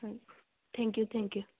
ꯍꯣꯏ ꯊꯦꯡꯀꯤꯌꯨ ꯊꯦꯡꯀꯤꯌꯨ